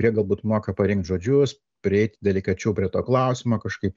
kurie galbūt moka parinkt žodžius prieit delikačiau prie to klausimo kažkaip